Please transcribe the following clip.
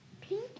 Pink